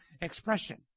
expression